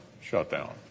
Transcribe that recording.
shutdown